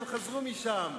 כשהם חזרו משם,